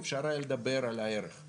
אפשר היה לדבר על הערך.